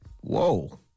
Whoa